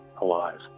alive